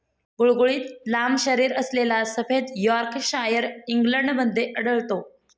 गुळगुळीत लांब शरीरअसलेला सफेद यॉर्कशायर इंग्लंडमध्ये आढळतो